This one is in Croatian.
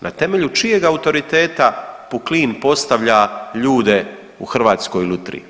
Na temelju čijeg autoriteta Puklin postavlja ljude u Hrvatskoj lutriji?